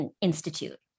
Institute